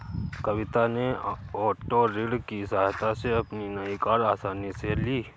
कविता ने ओटो ऋण की सहायता से अपनी नई कार आसानी से ली